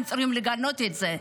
אתם צריכים לגנות את זה.